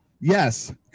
Yes